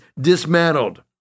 dismantled